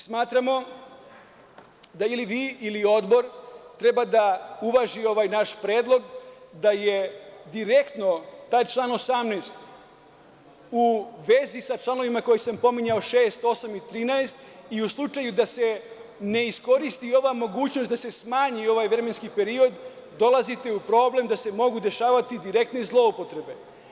Smatramo da ili vi ili odbor treba da uvaži ovaj naš predlog da je direktno taj član 18. u vezi sa članovima koje sam pominjao 6, 8. i 13. i u slučaju da se ne iskoristi ova mogućnost da se smanji ovaj vremenski period dolazite u problem da se mogu dešavati direktne zloupotrebe.